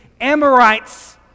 Amorites